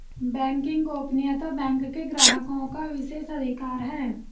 banking गोपनीयता bank के ग्राहकों का विशेषाधिकार है